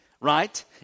Right